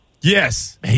Yes